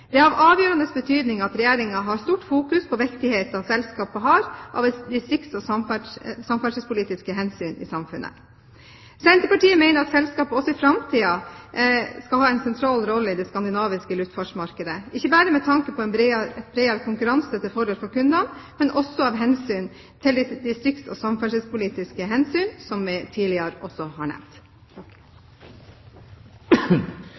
Det er av avgjørende betydning at Regjeringen av distrikts- og samferdselspolitiske hensyn fokuserer på viktigheten av selskapet i samfunnet. Senterpartiet mener at selskapet også i framtiden skal ha en sentral rolle i det skandinaviske luftfartsmarkedet, ikke bare med tanke på en bredere konkurranse til fordel for kundene, men også med tanke på de distrikts- og samferdselsmessige hensynene, noe jeg også har nevnt